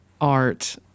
art